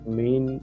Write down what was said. main